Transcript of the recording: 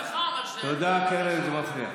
תודה, קרן, זה מפריע.